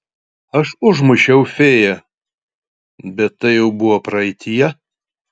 aš užmušiau fėją bet tai jau buvo praeityje